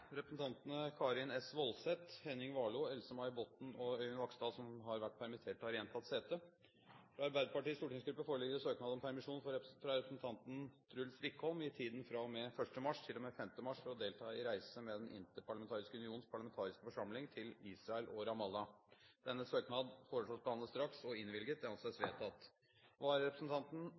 Representantene Karin S. Woldseth, Henning Warloe, Else-May Botten og Øyvind Vaksdal, som har vært permittert, har igjen tatt sete. Fra Arbeiderpartiets stortingsgruppe foreligger søknad om permisjon for representanten Truls Wickholm i tiden fra og med 1. mars til og med 5. mars for å delta på reise med Den interparlamentariske unions parlamentariske forsamling til Israel og Ramallah. Etter forslag fra presidenten ble enstemmig besluttet: Søknaden behandles straks og innvilges. Vararepresentanten,